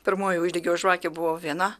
pirmoji uždegiau žvakę buvau viena